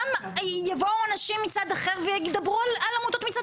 גם יבואו אנשים מצד אחר וידברו על עמותות מצד